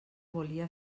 volia